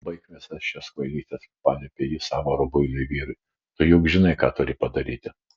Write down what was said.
baik visas šias kvailystes paliepė ji savo rubuiliui vyrui tu juk žinai ką turi padaryti